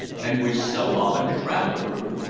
and wished so often to travel through.